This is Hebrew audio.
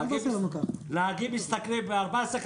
נהגים משתכרים 14,000,